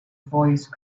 voice